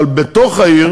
אבל בתוך העיר